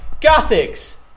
Gothics